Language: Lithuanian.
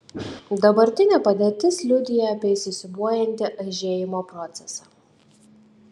dabartinė padėtis liudija apie įsisiūbuojantį aižėjimo procesą